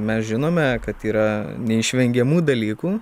mes žinome kad yra neišvengiamų dalykų